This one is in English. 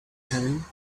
telling